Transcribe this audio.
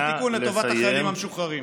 נא לסיים.